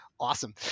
Awesome